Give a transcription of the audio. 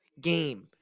game